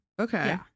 Okay